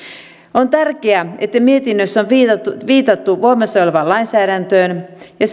on tärkeää että mietinnössä on viitattu viitattu voimassa olevaan lainsäädäntöön ja